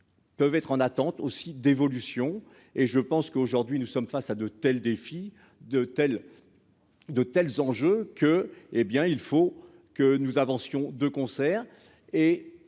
peuvent être en attente aussi d'évolution et je pense qu'aujourd'hui, nous sommes face à de tels défis de tels, de tels enjeux, que, hé bien il faut que nous avancions de concert et